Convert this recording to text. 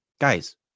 guys